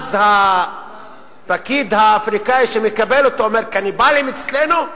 ואז הפקיד האפריקני שמקבל אותו: קניבלים אצלנו?